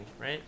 right